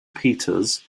peters